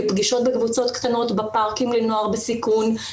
לפגישות בקבוצות קטנות בפארקים לנוער בסיכון,